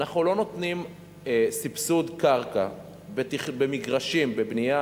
אנחנו לא נותנים סבסוד קרקע במגרשים בבנייה